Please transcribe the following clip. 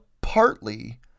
partly